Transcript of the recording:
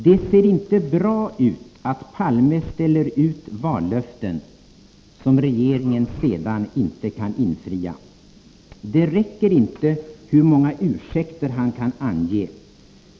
——— Det ser inte bra ut att Palme ställer ut vallöften som regeringen sedan inte kan infria. Det räcker inte hur många ursäkter han än kan ange.